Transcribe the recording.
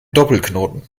doppelknoten